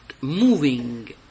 moving